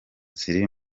ziri